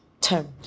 term